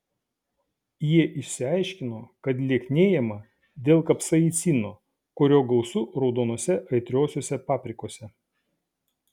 jie išsiaiškino kad lieknėjama dėl kapsaicino kurio gausu raudonose aitriosiose paprikose